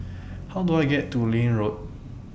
How Do I get to Liane Road